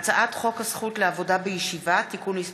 הצעת חוק הזכות לעבודה בישיבה (תיקון מס'